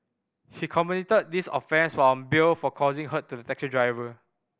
he committed this offence while on bail for causing hurt to the taxi driver